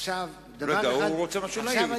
עכשיו, אני אגיד, הוא רוצה להעיר משהו.